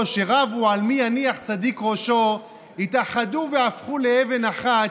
שרבו על מי יניח צדיק ראשו התאחדו והפכו לאבן אחת,